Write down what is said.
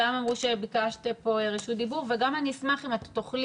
גם אמרו שביקשת רשות דיבור וגם אני אשמח אם תוכלי